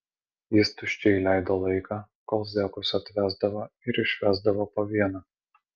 jis tuščiai leido laiką kol zekus atvesdavo ir išvesdavo po vieną